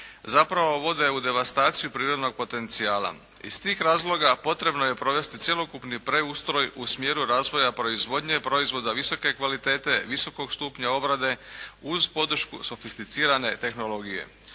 zapravo vode u devastaciju prirodnog potencijala. Iz tih razloga potrebno je provesti cjelokupni preustroj u smjeru razvoja proizvodnje, proizvoda visoke kvalitete, visokog stupnja obrade uz podršku sofisticirane tehnologije.